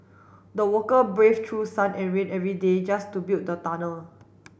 the worker brave through sun and rain every day just to build the tunnel